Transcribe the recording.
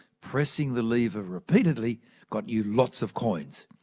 pressing the lever repeatedly got you lots of coins.